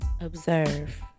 Observe